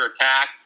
attack